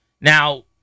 Now